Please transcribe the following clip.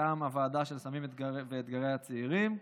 מטעם הוועדה של סמים ואתגרי הצעירים: